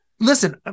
Listen